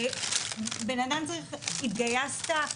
התגייסת,